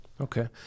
Okay